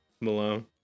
Malone